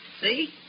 See